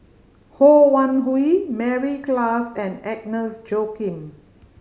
Ho Wan Hui Mary Klass and Agnes Joaquim